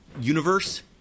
universe